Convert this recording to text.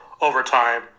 overtime